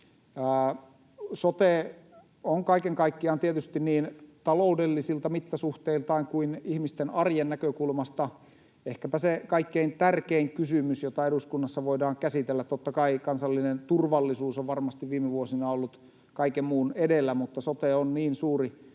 Sote on kaiken kaikkiaan tietysti niin taloudellisilta mittasuhteiltaan kuin ihmisten arjen näkökulmasta ehkäpä se kaikkein tärkein kysymys, jota eduskunnassa voidaan käsitellä. Totta kai kansallinen turvallisuus on varmasti viime vuosina ollut kaiken muun edellä, mutta sote on niin suuri